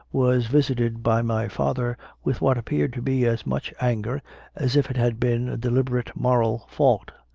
was visited by my father with what appeared to be as much anger as if it had been a deliberate moral fault.